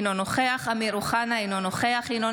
אינו נוכח אמיר אוחנה, אינו נוכח ינון